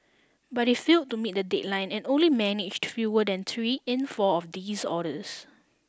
but it failed to meet the deadline and only managed fewer than three in four of these orders